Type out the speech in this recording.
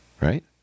right